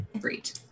great